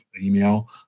email